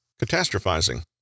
Catastrophizing